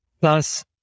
plus